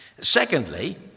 Secondly